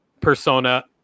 persona